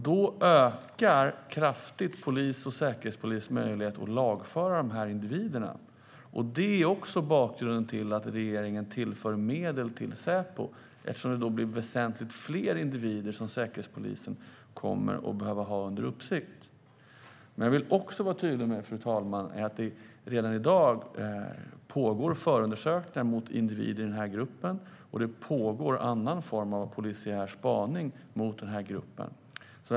Då ökar man kraftigt Säkerhetspolisens och polisens möjligheter att lagföra dessa individer. Det är också bakgrunden till att regeringen tillför medel till Säpo, eftersom det då blir väsentligt fler individer Säkerhetspolisen kommer att behöva ha under uppsikt. Jag vill dock även vara tydlig med, fru talman, att det redan i dag pågår förundersökningar mot individer i den här gruppen. Det pågår också annan form av polisiär spaning mot gruppen.